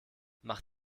mach